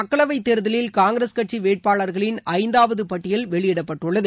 மக்களவை தேர்தலில் காங்கிரஸ் கட்சி வேட்பாளர்களின் ஐந்தாவது வெளியிடப்பட்டுள்ளது